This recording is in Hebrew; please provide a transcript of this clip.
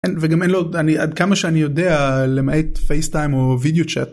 וגם אין לו... עד כמה שאני יודע, למעט פייס-טיים או וידאו צ'אט.